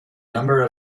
number